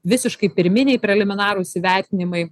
visiškai pirminiai preliminarūs įvertinimai